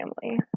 family